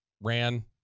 ran